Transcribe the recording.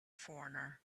foreigner